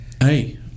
Hey